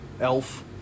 Elf